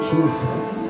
Jesus